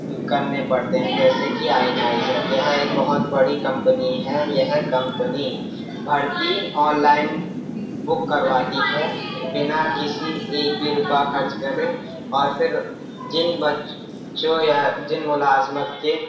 کرنے پڑتے ہیں جیسے کہ آئی نائیزر یہاں ایک بہت بڑی کمپنی ہے یہ کمپنی بھرتی آن لائن بک کرواتی ہے بنا کسی ایک بھی روپہ خرچ کرے اور پھر جن جن ملازمت کے